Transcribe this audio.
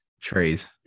Trees